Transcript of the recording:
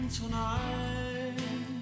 tonight